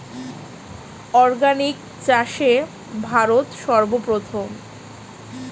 organic চাষে ভারত সর্বপ্রথম